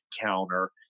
counter